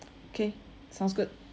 okay sounds good